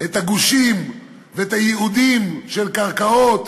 את הגושים ואת הייעודים של קרקעות